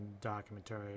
documentary